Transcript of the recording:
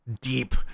deep